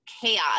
chaos